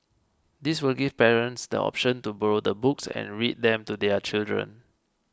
this will give parents the option to borrow the books and read them to their children